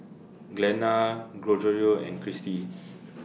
Glenna Gregorio and Christi